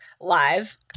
live